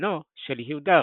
- בנו של יהודה ראב.